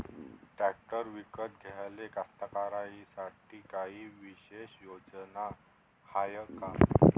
Tractor विकत घ्याले कास्तकाराइसाठी कायी विशेष योजना हाय का?